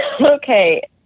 Okay